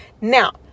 now